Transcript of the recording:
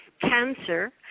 cancer